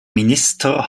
minister